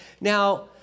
Now